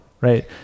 right